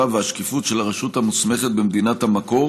והשקיפות של הרשות המוסמכת במדינת המקור